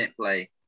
play